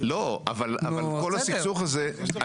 לא, אבל כל הסכסוך הזה.